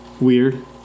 Weird